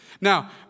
Now